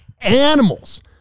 animals